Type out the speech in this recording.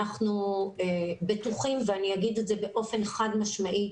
אני אומר את זה באופן חד משמעי,